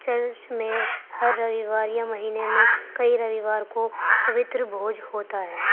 church میں ہر رویوار یا مہینے میں کئی رویوار کو پوتّر بھوج ہوتا ہے